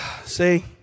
See